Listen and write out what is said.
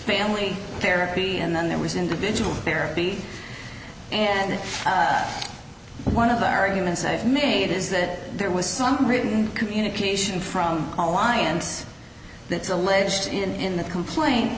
family therapy and then there was individual therapy and one of the arguments i've made is that there was something written communication from alliance that's alleged in the complain